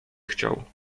chciał